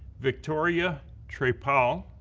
victoria trepal,